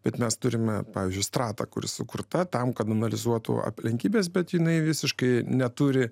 bet mes turime pavyzdžiui stratą kuri sukurta tam kad analizuotų aplinkybes bet jinai visiškai neturi